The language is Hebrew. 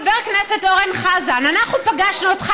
חבר הכנסת אורן חזן: אנחנו פגשנו אותך